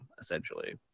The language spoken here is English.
essentially